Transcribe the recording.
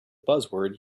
buzzword